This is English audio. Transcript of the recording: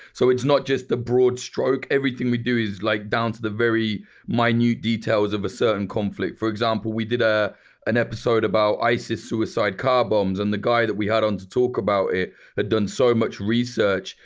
so it's not just the broad stroke. everything we do is like down to the very minute details of a certain conflict. for example, we did ah an episode about isis suicide car bombs. and the guy that we had on to talk about it had done so much research,